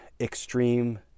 extreme